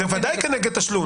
בוודאי זה נגד תשלום.